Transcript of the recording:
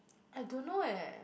I don't know eh